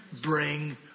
Bring